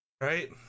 Right